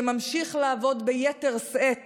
שממשיך לעבוד ביתר שאת